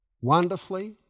wonderfully